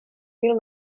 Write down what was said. mil